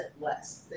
less